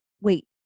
wait